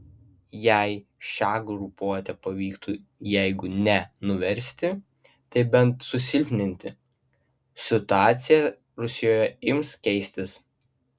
jei šią grupuotę pavyktų jeigu ne nuversti tai bent susilpninti situacija rusijoje ims keistis